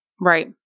Right